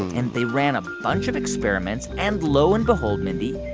and they ran a bunch of experiments. and lo and behold, mindy,